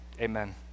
Amen